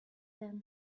ten